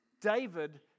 David